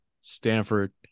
Stanford